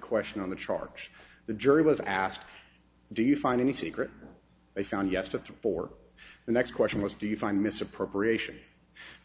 question on the charge the jury was asked do you find any secret they found yes but that for the next question was do you find misappropriation